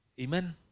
Amen